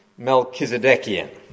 Melchizedekian